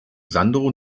sandro